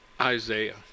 Isaiah